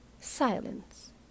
Silence